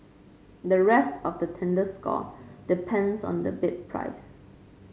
the rest of the tender score depends on the bid price